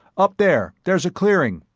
up there there's a clearing,